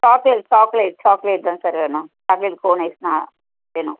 chocolate chocolate chocolate தான் sir வேணும் chocolate cone ice தான் வேணும்